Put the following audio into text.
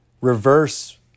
reverse